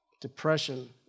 Depression